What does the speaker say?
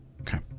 Okay